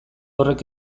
horrek